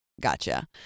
gotcha